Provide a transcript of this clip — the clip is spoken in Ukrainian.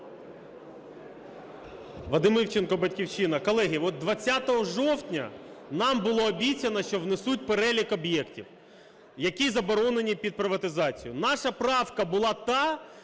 Вадим Івченко, "Батьківщина". Колеги, от 20 жовтня нам було обіцяно, що внесуть перелік об'єктів, які заборонені під приватизацію. Наша правка була та,